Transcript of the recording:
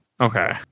Okay